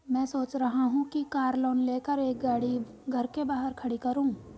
मैं सोच रहा हूँ कि कार लोन लेकर एक गाड़ी घर के बाहर खड़ी करूँ